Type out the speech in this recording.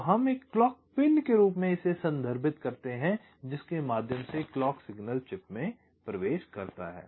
तो हम एक क्लॉक पिन के रूप में इसे संदर्भित करते हैं जिसके माध्यम से क्लॉक संकेत चिप में प्रवेश करता है